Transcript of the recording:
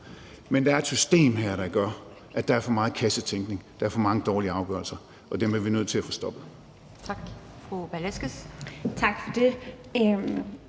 men der er et system her, der gør, at der er for meget kassetænkning – der er for mange dårlige afgørelser, og dem er vi nødt til at få stoppet. Kl.